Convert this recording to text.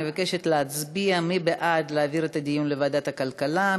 אני מבקשת להצביע מי בעד להעביר את הדיון לוועדת הכלכלה,